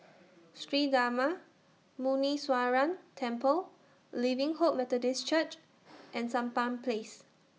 Sri Darma Muneeswaran Temple Living Hope Methodist Church and Sampan Place